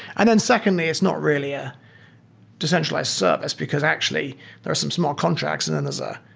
and then, secondly, it's not really a decentralized service, because actually there are some small contracts and then there's a